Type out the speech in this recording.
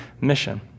mission